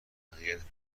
موفقیت